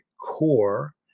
core